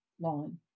lawn